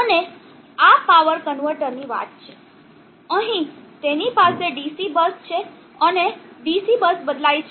અને આ પાવર કન્વર્ટરની વાત છે અહીં તેની પાસે DC બસ છે અને DC બસ બદલાય છે